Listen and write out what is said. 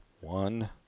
one